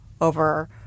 over